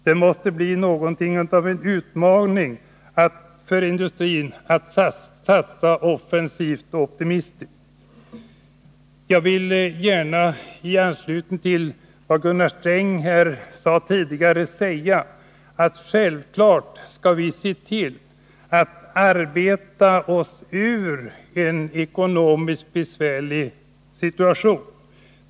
Det måste bli något av en utmaning för industrin att satsa offensivt och optimistiskt. Jag vill gärna i anslutning till vad Gunnar Sträng tidigare anförde säga att vi självfallet skall se till att vi kan arbeta oss ur en ekonomiskt besvärlig situation.